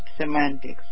semantics